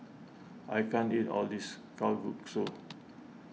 I can't eat all of this Kalguksu